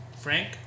Frank